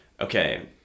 okay